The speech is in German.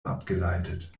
abgeleitet